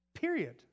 Period